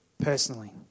personally